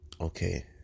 okay